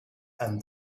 and